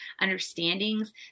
understandings